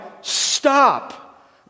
stop